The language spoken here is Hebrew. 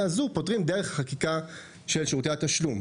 הזו פותרים דרך החקיקה של שירותי התשלום,